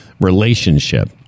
relationship